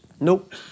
nope